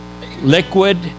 Liquid